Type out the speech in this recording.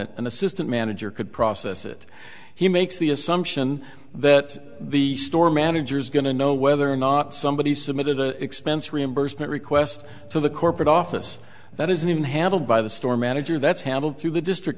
it an assistant manager could process it he makes the assumption that the store manager is going to know whether or not somebody submitted an expense reimbursement request to the corporate office that isn't even handled by the store manager that's handled through the district